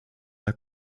are